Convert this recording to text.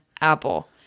apple